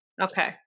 Okay